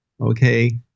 Okay